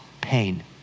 pain